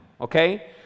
Okay